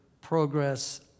progress